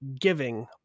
giving